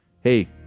Hey